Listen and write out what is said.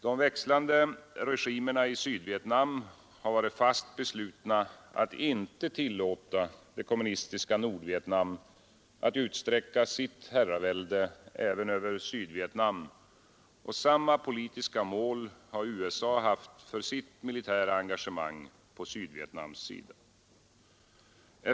De växlande regimerna i Sydvietnam har varit fast beslutna att inte tillåta det kommunistiska Nordvietnam att utsträcka sitt herravälde även över Sydvietnam, och samma politiska mål har USA haft för sitt militära engagemang på Sydvietnams sida.